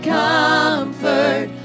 comfort